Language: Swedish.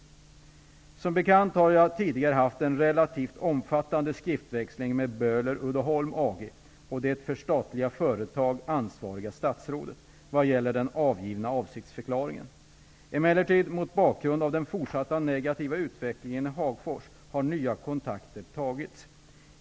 Som bekant har jag tidigare haft en relativt omfattande skriftväxling med Böhler-Uddeholm AG och det för statliga företag ansvariga statsrådet vad gäller den avgivna avsiktsförklaringen. Mot bakgrund av den fortsatta negativa utvecklingen i Hagfors har emellertid nya kontakter tagits.